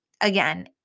Again